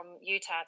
Utah